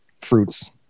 fruits